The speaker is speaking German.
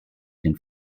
den